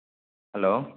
hello